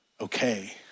okay